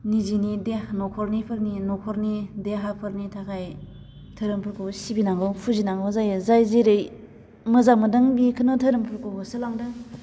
निजिनि नख'रनिफोरनि नख'रनि देहाफोरनि थाखाय धोरोमफोरखौ सिबिनांगौ फुजिनांगौ जायो जाय जेरै मोजां मोन्दों बेखौनो धोरोमफोरखौ होसोलांदों